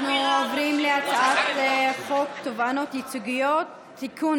עוברים להצעת חוק תובענות ייצוגיות (תיקון,